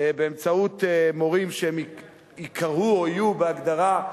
באמצעות מורים שייקראו, או יהיו בהגדרה,